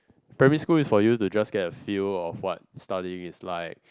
primary school is for you to just get a feel of what studying is like